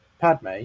Padme